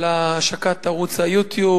על השקת ערוץ ה-YouTube.